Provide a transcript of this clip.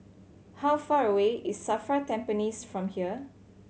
how far away is SAFRA Tampines from here